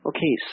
Okay